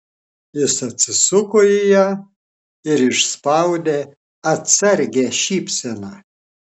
jis atsisuko į ją ir išspaudė atsargią šypseną